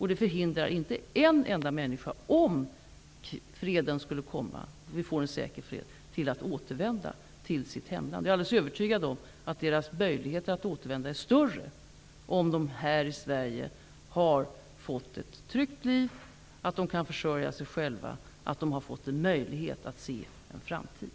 Det förhindrar inte en enda människa att återvända till sitt hemland om kriget skulle sluta och man får en säker fred. Jag är alldeles övertygad om att deras möjligheter att återvända är större om de här i Sverige har fått ett tryggt liv, har kunnat försörja sig själva och fått en möjlighet att se en framtid.